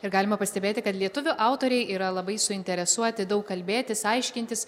ir galima pastebėti kad lietuvių autoriai yra labai suinteresuoti daug kalbėtis aiškintis